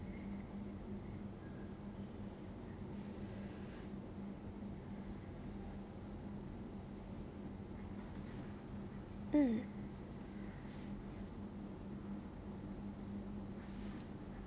mm